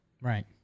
Right